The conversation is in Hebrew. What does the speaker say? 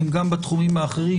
הם גם בתחומים האחרים.